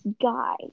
guy